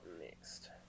next